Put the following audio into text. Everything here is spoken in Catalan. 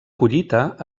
collita